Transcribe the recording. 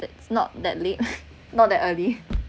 that not late not that early